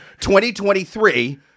2023